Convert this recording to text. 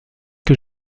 que